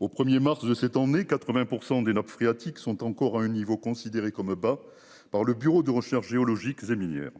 au 1er mars de cette année 80% des nappes phréatiques sont encore à un niveau considéré comme bas par le Bureau de recherches géologiques et minières.